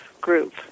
group